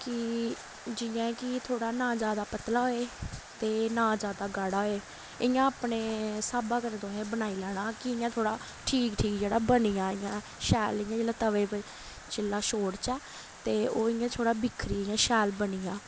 कि जि'यां कि थोह्ड़ा ना जैदा पतला होऐ ते ना जैदा गाढ़ा होए इ'यां अपने स्हाबा कन्नै तुसें बनाई लैना कि इ'यां थोह्ड़ा ठीक ठीक जेह्ड़ा बनी जाऽ इ'यां शैल इ'यां जेल्लै तवे पर चिल्ला छोड़चै ते ओह् इ'यां थोह्ड़ा इ'यां बिखरी इ'यां शैल बनी जाऽ